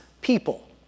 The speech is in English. people